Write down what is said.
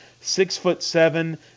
Six-foot-seven